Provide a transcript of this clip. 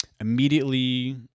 Immediately